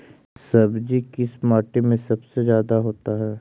सब्जी किस माटी में सबसे ज्यादा होता है?